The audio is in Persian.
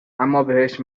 امابهش